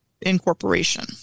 incorporation